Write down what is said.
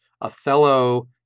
Othello